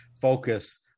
focus